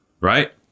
right